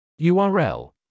url